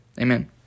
Amen